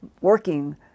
working